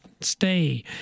stay